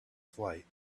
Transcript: flight